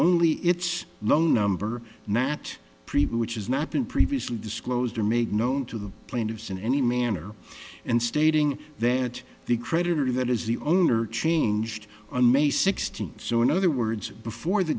only its low number nat preview which has not been previously disclosed or made known to the plaintiffs in any manner and stating that the creditor that is the owner changed on may sixteenth so in other words before the